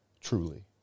truly